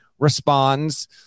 responds